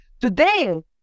Today